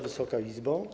Wysoka Izbo!